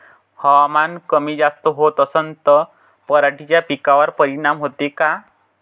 हवामान कमी जास्त होत असन त पराटीच्या पिकावर परिनाम होते का?